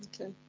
Okay